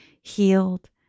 healed